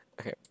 Okay